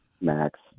max